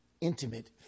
intimate